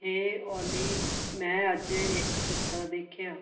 ਹੇ ਓਲੀ ਮੈਂ ਅੱਜ ਇੱਕ ਕੁੱਤਾ ਦੇਖਿਆ